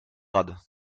grade